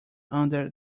under